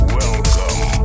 welcome